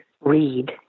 read